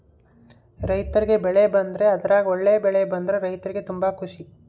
ರೈರ್ತಿಗೆ ಬೆಳೆ ಬಂದ್ರೆ ಅದ್ರಗ ಒಳ್ಳೆ ಬೆಳೆ ಬಂದ್ರ ರೈರ್ತಿಗೆ ತುಂಬಾ ಖುಷಿ